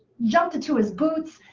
jumped into his boots,